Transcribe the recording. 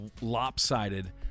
lopsided